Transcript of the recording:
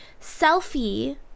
Selfie